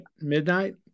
midnight